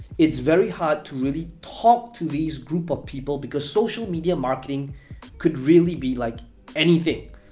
it's very hard to really talk to these group of people because social media marketing could really be like anything,